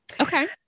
Okay